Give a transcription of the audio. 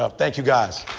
ah thank you guys